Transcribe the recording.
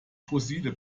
fossile